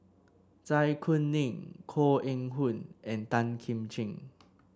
Zai Kuning Koh Eng Hoon and Tan Kim Ching